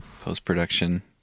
Post-production